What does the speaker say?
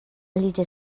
little